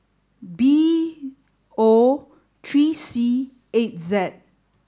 B O three C eight Z